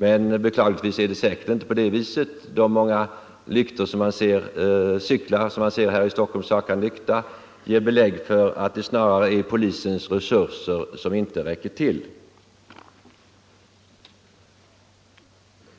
Men beklagligtvis är det förmodligen inte på det viset. De många cyklar här i Stockholm som man ser saknar lykta ger belägg för att det snarare är polisens resurser som inte räcker till